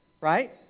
Right